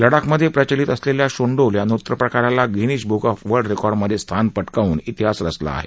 लडाखमधे प्रचलित असलेल्या शोंडोल या नृत्य प्रकारनं गिनीज ब्क ऑफ वर्ल्ड रेकार्डमधे स्थान पटकावून इतिहास रचला आहे